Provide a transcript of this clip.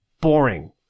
boring